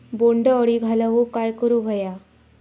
बोंड अळी घालवूक काय करू व्हया?